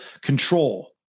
control